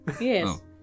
Yes